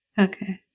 Okay